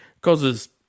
causes